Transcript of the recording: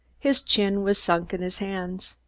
his chin was sunk in his hands.